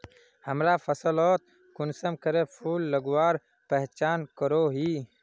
हमरा फसलोत कुंसम करे फूल लगवार पहचान करो ही?